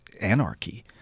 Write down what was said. Anarchy